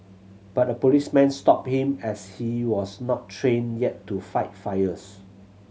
but the policeman stopped him as he was not trained yet to fight fires